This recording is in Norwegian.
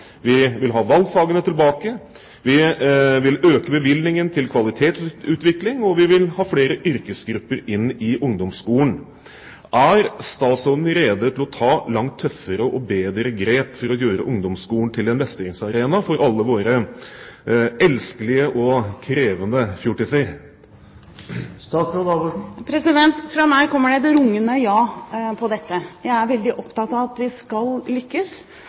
Vi vil ha valgfagene tilbake. Vi vil øke bevilgningen til kvalitetsutvikling, og vi vil ha flere yrkesgrupper inn i ungdomsskolen. Er statsråden rede til å ta langt tøffere og bedre grep for å gjøre ungdomsskolen til en mestringsarena for alle våre elskelige og krevende fjortiser? Fra meg kommer det et rungende ja på dette. Jeg er veldig opptatt av at vi skal lykkes.